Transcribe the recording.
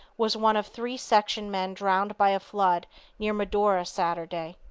was one of three section men drowned by a flood near medora saturday.